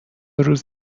روز